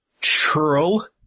churl